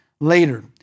later